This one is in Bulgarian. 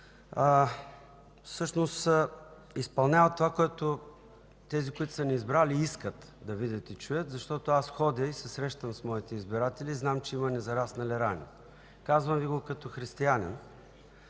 всъщност изпълняват това, което тези, които са ни избрали, искат да видят и чуят. Аз ходя и се срещам с моите избиратели и знам, че има незараснали рани. Казвам Ви го като християнин.